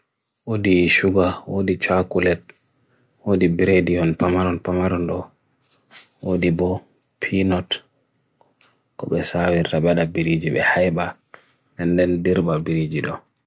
Rawaandu e porcupine hokkita fiijooji downgal mboyata. Porcupine hokkita, ndiyanji ciiɓe laawol siwi fowru, puccu mo baydi.